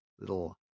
little